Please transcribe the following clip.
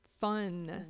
fun